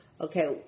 Okay